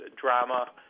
drama